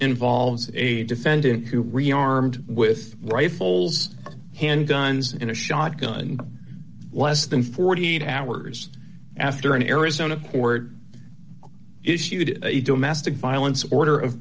involves a defendant who rearmed with rifles handguns in a shotgun less than forty eight hours after an arizona court issued a domestic violence order of